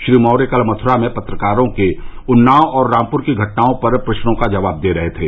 श्री मौर्य कल मथुरा में पत्रकारों के उन्नाव और रामपुर की घटनाओं पर प्रश्न का जवाब दे रहे थे